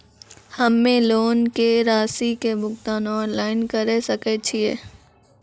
हम्मे लोन के रासि के भुगतान ऑनलाइन करे सकय छियै?